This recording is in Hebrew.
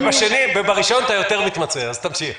בראשון אתה יותר מתמצא, אז תמשיך.